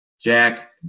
Jack